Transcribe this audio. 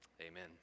Amen